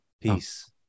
Peace